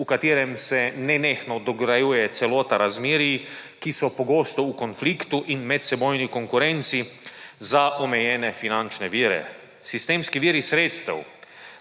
v katerem se nenehno dograjuje celota razmerij, ki so pogosto v konfliktu in medsebojni konkurenci za omejene finančne vire. Sistemski viri sredstev